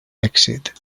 èxit